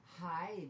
Hi